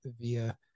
VIA